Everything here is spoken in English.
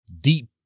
deep